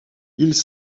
ils